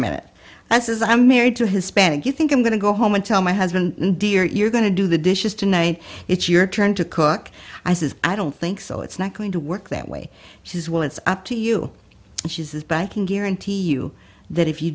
minute as i'm married to hispanic you think i'm going to go home and tell my husband dear you're going to do the dishes tonight it's your turn to cook i says i don't think so it's not going to work that way she's well it's up to you and she says but i can guarantee you that if you